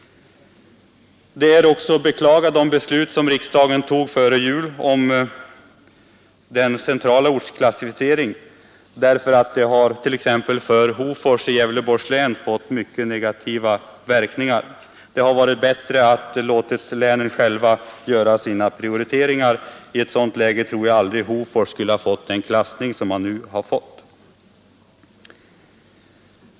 Det beslut som riksdagen fattade före jul om den centrala ortsklassificeringen är vidare att beklaga, eftersom det t.ex. för Hofors i Gävleborgs län har fått negativa verkningar. Det hade varit bättre att låta länet självt få göra sina prioriteringar. I ett sådant läge tror jag inte att Hofors hade klassificerats på det sätt som nu har skett.